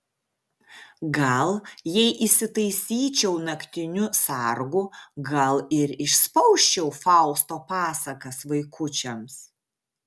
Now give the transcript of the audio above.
gal jei įsitaisyčiau naktiniu sargu gal ir išspausčiau fausto pasakas vaikučiams